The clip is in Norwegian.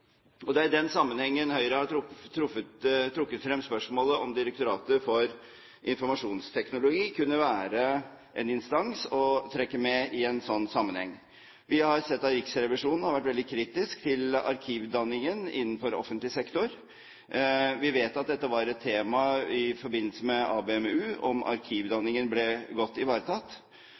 rundt. Det er i den sammenhengen Høyre har trukket frem spørsmålet om Direktoratet for forvaltning og IKT kunne være en instans å trekke med i en slik sammenheng. Vi har sett at Riksrevisjonen har vært veldig kritisk til arkivdanningen innenfor offentlig sektor. Vi vet at dette var et tema i forbindelse med ABM-u med hensyn til om arkivdanningen ble godt ivaretatt.